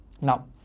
now